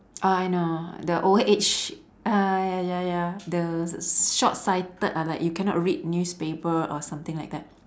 oh I know the old age uh ya ya ya the s~ short sighted uh like you cannot read newspaper or something like that